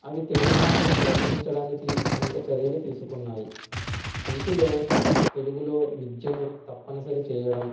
అవి తెలుగు భాషను ప్రోత్సహించడానికి అనేక చర్యలు తీసుకున్నాయి వీటిలో తెలుగులో విద్యను తప్పనిసరి చేయడం